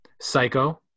Psycho